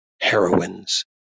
Heroines